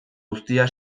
guztia